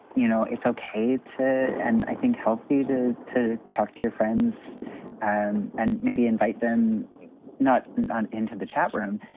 you know, it's okay to. and i think healthy to. to talk to your friends and and maybe invite them not and into the chat room.